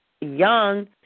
young